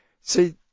see